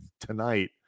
tonight